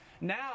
now